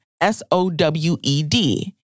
S-O-W-E-D